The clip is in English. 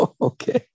Okay